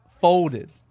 folded